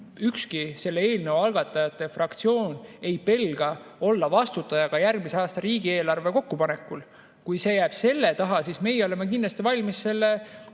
ükski selle eelnõu taga olev fraktsioon ei pelga – olla vastutaja ka järgmise aasta riigieelarve kokkupanekul. Kui see jääb selle taha, siis meie oleme kindlasti valmis selle